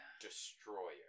Destroyer